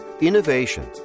innovation